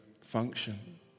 function